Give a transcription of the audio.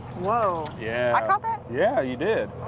whoa. yeah i caught that? yeah, you did.